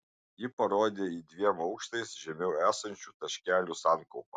ji parodė į dviem aukštais žemiau esančių taškelių sankaupą